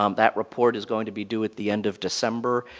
um that report is going to be due at the end of december,